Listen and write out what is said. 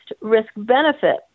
risk-benefit